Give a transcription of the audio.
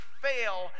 fail